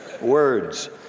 words